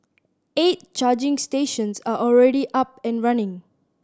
eight charging stations are already up and running